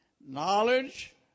knowledge